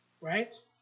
right